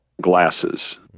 glasses